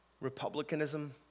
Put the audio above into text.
republicanism